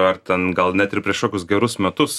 ar ten gal net ir prieš kokius gerus metus